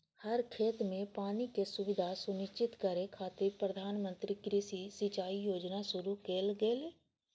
हर खेत कें पानिक सुविधा सुनिश्चित करै खातिर प्रधानमंत्री कृषि सिंचाइ योजना शुरू कैल गेलै